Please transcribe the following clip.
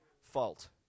fault